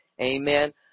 Amen